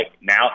now